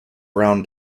brown